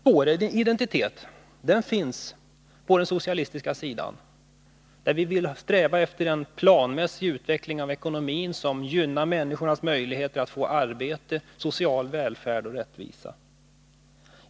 Vår identitet finns på den socialistiska sidan, där vi vill sträva efter en planmässig utveckling av ekonomin som gynnar människornas möjligheter att få arbete, social välfärd och rättvisa.